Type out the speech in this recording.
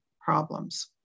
problems